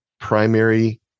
primary